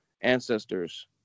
ancestors